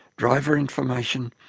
driver information,